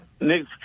Nick